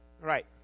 Right